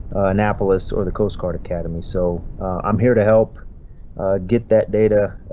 annapolis or the coast guard academy. so i'm here to help get that data.